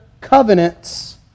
covenants